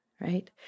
right